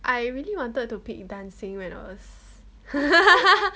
I really wanted to pick dancing when I was